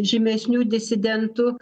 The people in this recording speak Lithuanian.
žymesnių disidentų